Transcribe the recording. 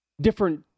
different